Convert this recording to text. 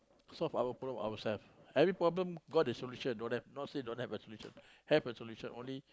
solve our problem ourselves every problem got a solution don't have not say don't have a solution have a solution only